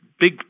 big